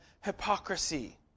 hypocrisy